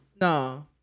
No